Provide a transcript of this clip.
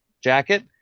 jacket